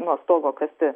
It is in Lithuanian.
nuo stogo kasti